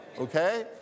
okay